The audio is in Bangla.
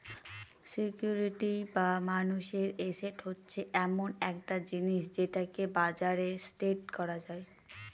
সিকিউরিটি বা মানুষের এসেট হচ্ছে এমন একটা জিনিস যেটাকে বাজারে ট্রেড করা যায়